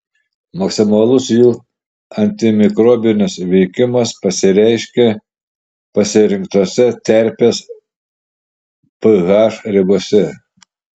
maksimalus jų antimikrobinis veikimas pasireiškia pasirinktose terpės ph ribose